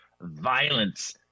violence